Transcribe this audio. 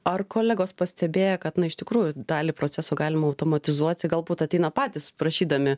ar kolegos pastebėję kad na iš tikrųjų dalį procesų galima automatizuoti galbūt ateina patys prašydami